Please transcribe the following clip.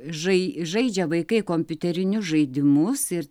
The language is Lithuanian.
žai žaidžia vaikai kompiuterinius žaidimus ir